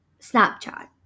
Snapchat